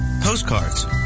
postcards